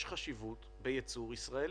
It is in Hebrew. יש חשיבות בייצור ישראלי.